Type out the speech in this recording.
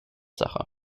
sache